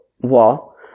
wall